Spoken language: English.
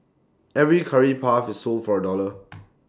every Curry puff is sold for A dollar